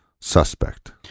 Suspect